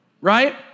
right